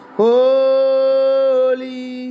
holy